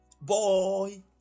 boy